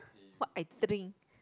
what I drink